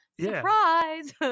surprise